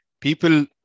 People